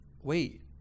Wait